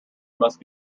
must